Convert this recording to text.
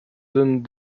zones